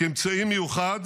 כי אמצעי מיוחד